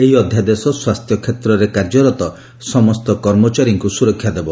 ଏହି ଅଧ୍ୟାଦେଶ ସ୍ୱାସ୍ଥ୍ୟକ୍ଷେତ୍ରରେ କାର୍ଯ୍ୟରତ ସମସ୍ତ କର୍ମଚାରୀଙ୍କୁ ସୁରକ୍ଷା ଦେବ